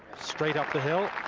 straight up the hill.